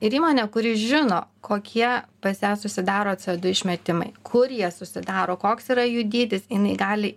ir įmonė kuri žino kokie pas ją susidaro du išmetimai kur jie susidaro koks yra jų dydis jinai gali